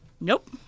Nope